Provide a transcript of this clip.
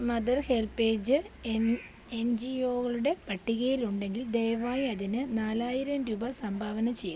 mother HelpAge N G O കളുടെ പട്ടികയിലുണ്ടെങ്കിൽ ദയവായി അതിന് നാലായിരം രൂപ സംഭാവന ചെയ്യു